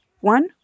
One